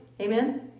Amen